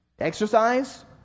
Exercise